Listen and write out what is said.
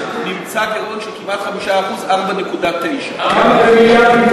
כ-45 מיליארד.